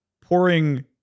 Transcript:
pouring